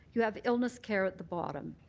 you have illness care at the bottom.